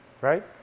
right